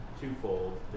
twofold